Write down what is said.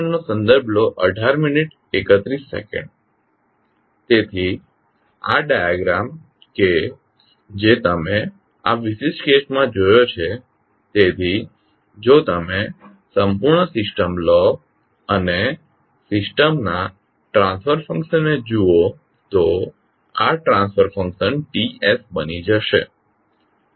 TsG1GsH તેથી આ diagram કે જે તમે આ વિશિષ્ટ કેસમાં જોયો છે તેથી જો તમે સંપૂર્ણ સિસ્ટમ લો અને સિસ્ટમના ટ્રાન્સફર ફંકશનને જુઓ તો આ ટ્રાન્સફર ફંકશન T બની જશે